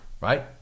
right